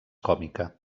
còmica